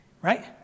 right